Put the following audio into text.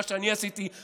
מה שאני עשיתי,